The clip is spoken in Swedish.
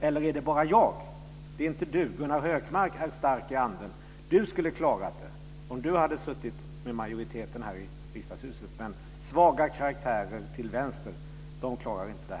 Eller är det bara jag? Det är inte Gunnar Hökmark. Han är stark i anden, han skulle ha klarat det om han hade suttit med majoriteten här i Riksdagshuset. Men svaga karaktärer till vänster klarar inte det.